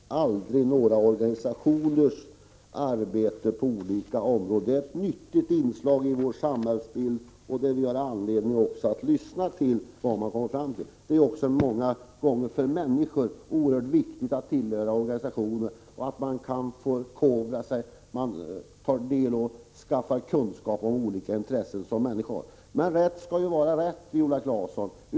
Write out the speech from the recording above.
Herr talman! Jag kan hålla med Viola Claesson om att vi självfallet inte förringar några organisationers arbete på olika områden. Det är fråga om ett nyttigt inslag i vår samhällsbild, och vi har även anledning att lyssna på vad man där kommer fram till. Det är också många gånger oerhört viktigt för människor att tillhöra organisationer, förkovra sig och skaffa kunskap om olika intressen. Men rätt skall vara rätt, Viola Claesson.